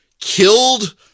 Killed